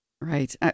Right